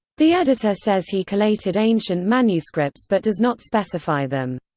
the editor says he collated ancient manuscripts but does not specify them.